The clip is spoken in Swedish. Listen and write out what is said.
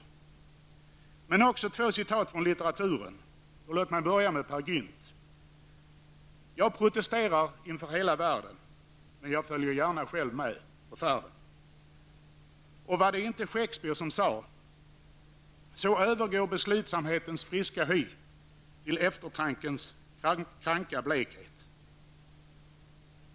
Jag skall också ta två citat från litteraturen, först ''Jag protesterar inför hela världen, men jag följer med på färden.'' Och var det inte Shakespear som sade: ''Så går beslutsamhetens friska hy i eftertankens kranka blekhet över.''?